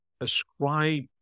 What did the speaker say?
ascribe